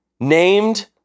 Named